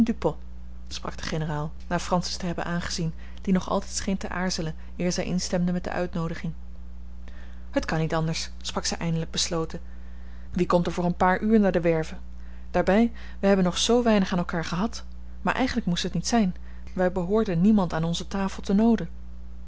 sprak de generaal na francis te hebben aangezien die nog altijd scheen te aarzelen eer zij instemde met de uitnoodiging het kan niet anders sprak zij eindelijk besloten wie komt er voor een paar uur naar de werve daarbij wij hebben nog zoo weinig aan elkaar gehad maar eigenlijk moest het niet zijn wij behoorden niemand aan onze tafel te nooden